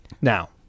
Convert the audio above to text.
now